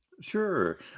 Sure